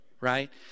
right